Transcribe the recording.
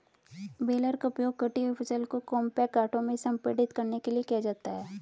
baler का उपयोग कटी हुई फसल को कॉम्पैक्ट गांठों में संपीड़ित करने के लिए किया जाता है